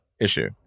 issue